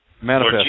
Manifest